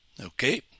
okay